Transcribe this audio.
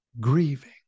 grieving